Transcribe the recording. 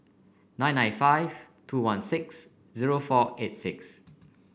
nine nine five two one six zero four eight six